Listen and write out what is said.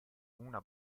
una